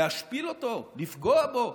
להשפיל אותו, לפגוע בו,